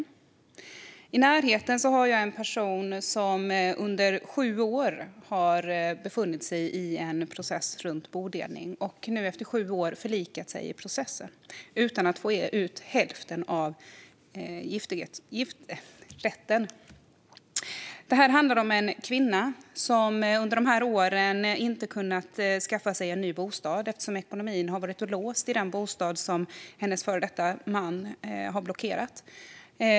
I min närhet har jag en person som under sju år har befunnit sig i en bodelningsprocess och nu förlikat sig i processen utan att få ut hälften i form av giftorätten. Det rör sig om en kvinna som under dessa år inte har kunnat skaffa en ny bostad eftersom ekonomin varit låst i den bostad som hennes före detta man blockerat.